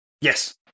Yes